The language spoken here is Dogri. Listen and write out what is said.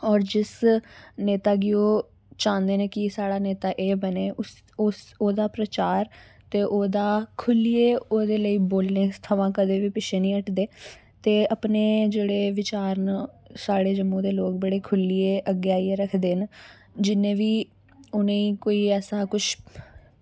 होर जिस नेता गी ओह् चाहंदे न की साढ़ा नेता एह् बने उस्सी ओह्दा प्रचार ते खुल्लियै ओह्दे ताहीं बोलदे गल्ला कदें बी पिच्छें निं हट्टदे ते अपने जेह्ड़े बचार न साढ़े जम्मू दे लोग खुल्लियै बड़े अग्गें रक्खदे न जिन्ने बी उनें ई कोई ऐसा कुछ